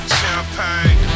champagne